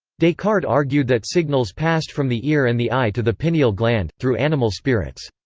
descartes argued that signals passed from the ear and the eye to the pineal gland, through animal spirits.